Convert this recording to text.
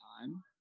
time